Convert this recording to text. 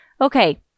Okay